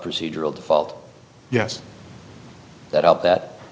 procedural default yes that up that